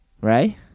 right